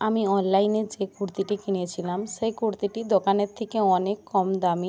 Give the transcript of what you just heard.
আমি অনলাইনে যে কুর্তিটি কিনেছিলাম সেই কুর্তিটি দোকানের থেকে অনেক কম দামি